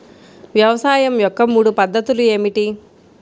వ్యవసాయం యొక్క మూడు పద్ధతులు ఏమిటి?